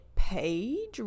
page